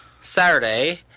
Saturday